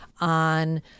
on